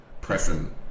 present